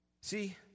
See